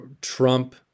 Trump